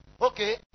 okay